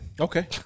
Okay